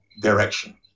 direction